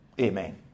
Amen